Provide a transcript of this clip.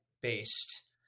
based